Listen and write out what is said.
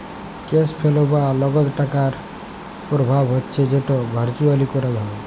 cash flow বা লগদ টাকার পরবাহ হচ্যে যেট ভারচুয়ালি ক্যরা হ্যয়